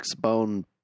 Bone